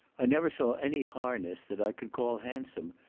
i never saw any harness that i could call handsome,